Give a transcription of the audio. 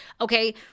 okay